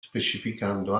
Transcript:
specificando